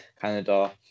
Canada